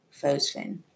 Phosphine